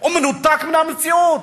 הוא מנותק מן המציאות.